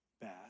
bad